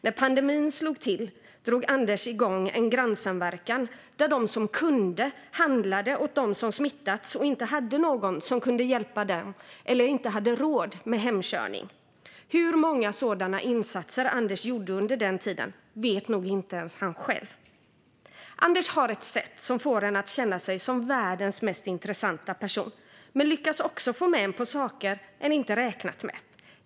När pandemin slog till drog Anders igång en grannsamverkan där de som kunde handlade åt dem som smittats och inte hade någon som kunde hjälpa dem eller inte hade råd med hemkörning. Hur många sådana insatser Anders gjorde under den tiden vet nog inte ens han själv. Anders har ett sätt som får en att känna sig som världens mest intressanta person men lyckas också få med en på saker som man inte hade räknat med.